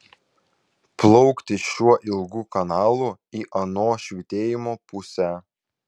plaukti šiuo ilgu kanalu į ano švytėjimo pusę